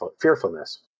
fearfulness